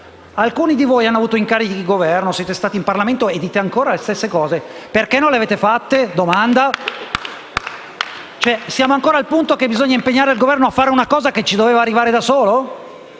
Alcuni di voi hanno avuto incarichi di Governo, siete stati in Parlamento e dite ancora le stesse cose. Perché non le avete fatte? *(Applausi dal Gruppo M5S)*. Siamo ancora al punto in cui bisogna impegnare il Governo a fare una cosa a cui doveva arrivare da solo.